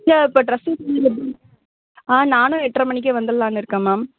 இல்லை இப்போ ட்ரெஸ்ஸிங்கெல்லாம் எப்படி ஆ நானும் எட்ரை மணிக்கே வந்துடலான்னு இருக்கேன் மேம்